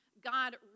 God